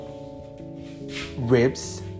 ribs